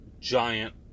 giant